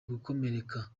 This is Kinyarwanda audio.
gukomereka